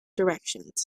directions